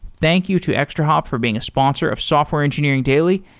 thank you to extrahop for being a sponsor of software engineering daily.